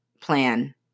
plan